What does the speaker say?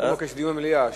הוא מבקש דיון במליאה.